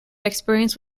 experience